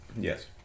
Yes